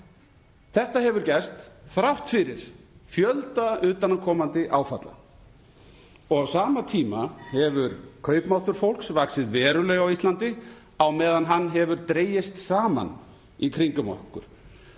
Þetta hefur gerst þrátt fyrir fjölda utanaðkomandi áfalla. Og á sama tíma hefur kaupmáttur fólks vaxið verulega á Íslandi á meðan hann dregst saman í kringum okkur.